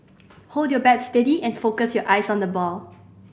hold your bat steady and focus your eyes on the ball